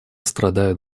страдают